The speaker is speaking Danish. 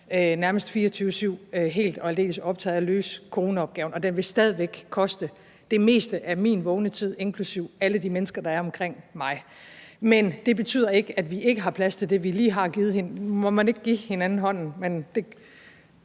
nærmest 24-7 har været helt og aldeles optaget af at løse coronaopgaven, og den vil stadig væk koste det meste af min vågne tid, inklusive tiden for alle de mennesker, der er omkring mig. Men det betyder ikke, at vi ikke har plads til det, vi lige har givet hinanden hånden på – nu må man ikke give hinanden hånden, men